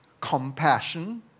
compassion